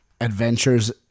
adventures